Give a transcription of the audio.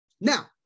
Now